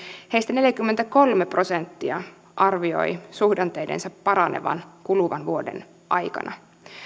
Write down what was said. neljäkymmentäkolme prosenttia arvioi suhdanteidensa paranevan kuluvan vuoden aikana